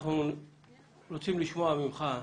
אנחנו רוצים לשמוע ממך,